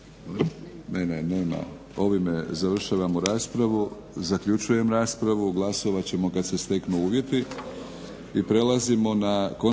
Zahvaljujem. Ovime završavamo raspravu. Zaključujem raspravu. Glasovat ćemo kad se steknu uvjeti. **Leko, Josip